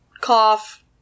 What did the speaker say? Cough